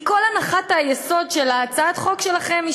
כל הנחת היסוד של הצעת החוק שלכם היא,